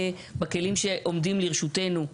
בכלים שעומדים לרשותנו,